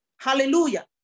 Hallelujah